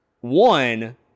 One